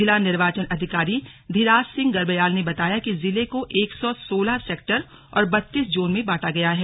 जिला निर्वाचन अधिकारी धीराज सिंह गर्बयाल ने बताया कि जिले को एक सौं सोलह सेक्टर और बत्तीस जोन में बांटा गया है